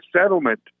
settlement